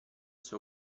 suo